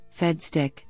FedStick